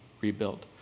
rebuilt